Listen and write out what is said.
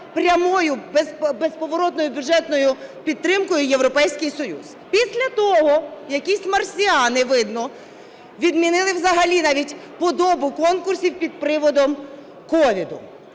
прямою безповоротною бюджетною підтримкою Європейський Союз. Після того якісь марсіани, видно, відмінили взагалі навіть подобу конкурсів під приводом COVID.